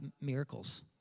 miracles